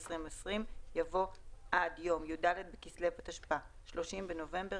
2020) יבוא "עד יום י"ד בכסלו התשפ"א (30 בנובמבר